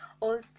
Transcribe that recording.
old